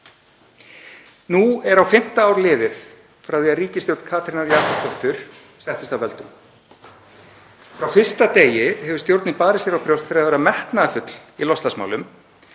Nú er á fimmta ár liðið frá því að ríkisstjórn Katrínar Jakobsdóttur settist að völdum. Frá fyrsta degi hefur stjórnin barið sér á brjóst fyrir að vera metnaðarfull í loftslagsmálum